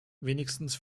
wenigstens